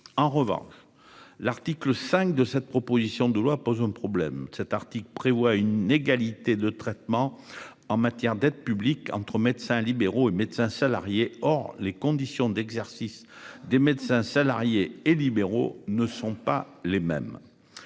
En revanche, l'article 5 de cette proposition de loi pose un problème. Cet article prévoit une égalité de traitement en matière d'aide publique entre médecins libéraux et médecins salariés or les conditions d'exercice des médecins salariés et libéraux ne sont pas les mêmes.